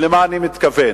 למה אני מתכוון?